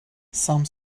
some